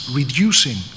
reducing